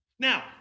Now